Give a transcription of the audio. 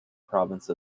province